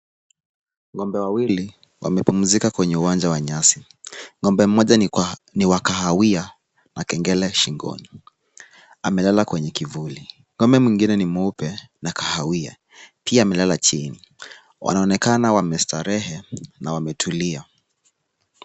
Ng'ombe wawili wamepumzika kwenye uwanja wa nyasi. Ng'ombe mmoja ni wa kahawia na kengele shingoni. Amelala kwenye kivuli. Ng'ombe mwingine ni mweupe na kahawia. Pia amelala chini. Wanaonekana wamestarehe na wametulia.